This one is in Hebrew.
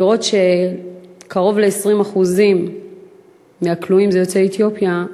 לראות שקרוב ל-20% מהכלואים הם יוצאי אתיופיה,